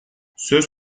söz